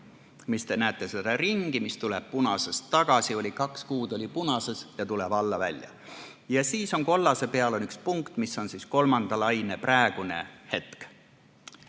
Te näete seda ringi, mis tuleb punasest tagasi, oli kaks kuud punases ja tuleb alla välja. Ja siis on kollase peal üks punkt, mis on kolmanda laine praegune hetk.